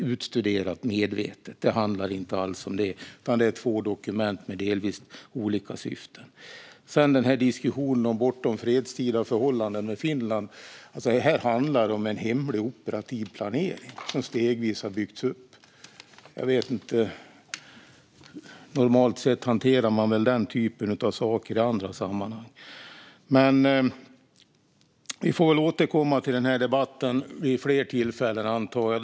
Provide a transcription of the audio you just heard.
Det handlar inte alls om att det skulle vara "medvetet och utstuderat", utan det är två dokument med delvis olika syften. Vad gäller förhållandet till Finland bortom det fredstida handlar det om en hemlig operativ planering som stegvis har byggts upp. Normalt sett hanterar man väl den typen av saker i andra sammanhang. Vi får återkomma till den här debatten vid fler tillfällen, antar jag.